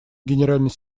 генеральный